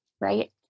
Right